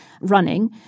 running